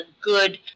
good